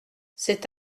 c’est